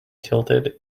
tilted